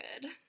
good